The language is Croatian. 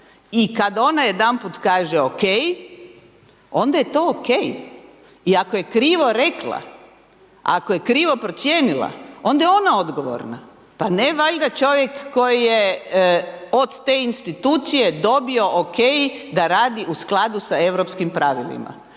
I kad ona jedanput kaže o.k. onda je to o.k. I ako je krivo rekla, ako je krivo procijenila, onda je ona odgovorna. Pa ne valjda čovjek koji je od te institucije dobio o.k. da radi u skladu sa europskim pravilima,